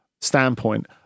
standpoint